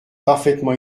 parfaitement